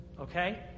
Okay